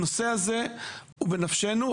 הנושא הזה הוא בנפשנו,